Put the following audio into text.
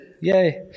Yay